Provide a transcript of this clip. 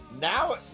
Now